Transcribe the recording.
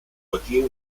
patia